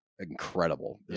Incredible